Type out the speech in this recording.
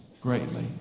greatly